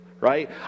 right